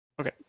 Okay